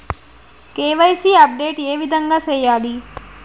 KYC update ఏ విధంగా సేయాలి?